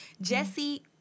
Jesse